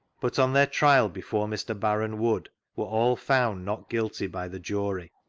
but on their trial before mr. baron wood, were all found not guilty by the jury.